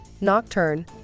Nocturne